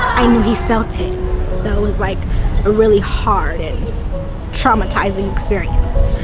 i knew he felt it. so, it was like a really hard and traumatizing experience.